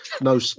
no